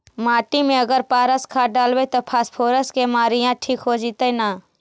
मिट्टी में अगर पारस खाद डालबै त फास्फोरस के माऋआ ठिक हो जितै न?